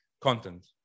content